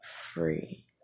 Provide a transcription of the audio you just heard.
free